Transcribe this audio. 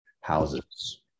houses